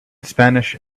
spanish